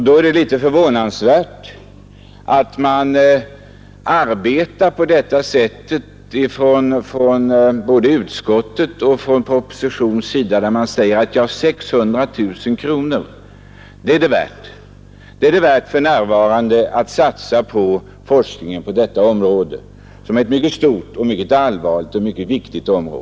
Då är det litet förvånansvärt att såväl propositionen som utskottet säger att det för närvarande kan vara värt att satsa 600 000 kronor på detta område, som är mycket stort, allvarligt och viktigt.